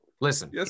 Listen